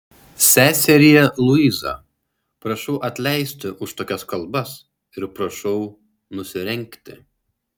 seserie luiza prašau atleisti už tokias kalbas ir prašau nusirengti